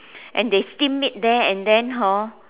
and they steam it there and then hor